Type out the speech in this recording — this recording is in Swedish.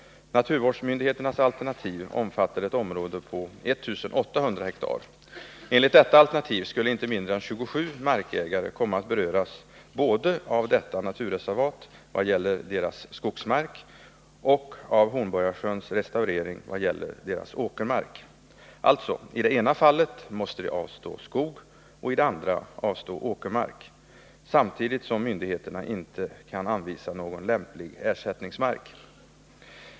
Naturvårdsmyndigheternas alternativ omfattade ett område på 1 800 ha. Enligt detta alternativ skulle inte mindre än 27 markägare komma att beröras, både av detta naturreservat vad gäller deras skogsmark och av Hornborgasjöns restaurering vad gäller deras åkermark. I det ena fallet måste de alltså avstå skog och i det andra åkermark, samtidigt som myndigheterna inte kan anvisa någon lämplig ersättningsmark.